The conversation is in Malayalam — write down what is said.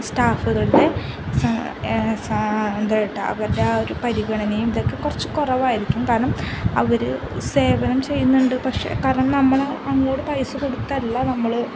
സ്റ്റാഫുകളുടെ അവരുടെ ആ ഒരു പരിഗണനയും ഇതൊക്കെ കുറച്ച് കുറവായിരിക്കും കാരണം അവര് സേവനം ചെയ്യുന്നുണ്ട് പക്ഷേ കാരണം നമ്മള് അങ്ങോട്ട് പൈസ കൊടുത്തല്ല നമ്മള്